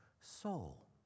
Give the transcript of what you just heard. soul